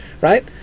right